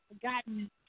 forgotten